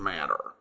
Matter